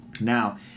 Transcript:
Now